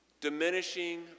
Diminishing